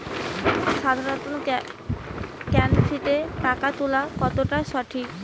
সাধারণ ক্যাফেতে টাকা তুলা কতটা সঠিক?